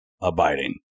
abiding